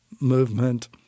movement